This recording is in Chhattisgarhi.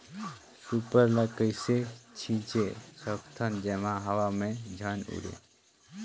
सुपर ल कइसे छीचे सकथन जेमा हवा मे झन उड़े?